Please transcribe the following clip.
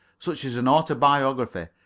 such as an autobiography,